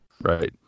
Right